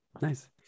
nice